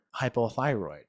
hypothyroid